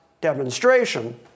demonstration